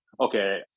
okay